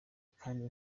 kandi